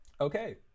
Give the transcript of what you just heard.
Okay